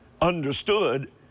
understood